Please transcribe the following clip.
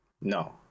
No